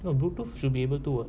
what should be able to